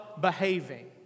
behaving